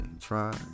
try